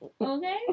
Okay